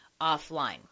offline